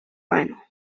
final